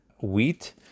wheat